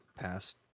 past